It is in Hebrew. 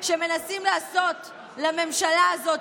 שמנסים לעשות לממשלה הזאת,